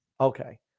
Okay